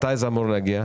מתי זה אמור להגיע?